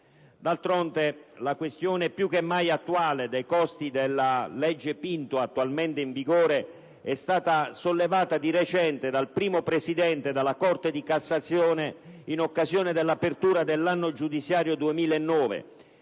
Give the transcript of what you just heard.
D'altronde, la questione più che mai attuale dei costi della legge Pinto attualmente in vigore è stata sollevata di recente dal primo presidente della Corte di cassazione, in occasione dell'apertura dell'anno giudiziario 2009.